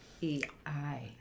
E-I